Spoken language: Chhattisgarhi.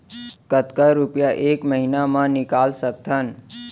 कतका रुपिया एक महीना म निकाल सकथन?